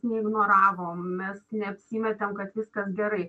neignoravom mes neapsimetėm kad viskas gerai